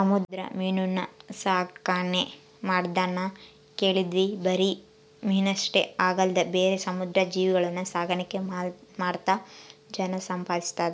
ಸಮುದ್ರ ಮೀನುನ್ನ ಸಾಕಣ್ಕೆ ಮಾಡದ್ನ ಕೇಳಿದ್ವಿ ಬರಿ ಮೀನಷ್ಟೆ ಅಲ್ದಂಗ ಬೇರೆ ಸಮುದ್ರ ಜೀವಿಗುಳ್ನ ಸಾಕಾಣಿಕೆ ಮಾಡ್ತಾ ಜನ ಸಂಪಾದಿಸ್ತದರ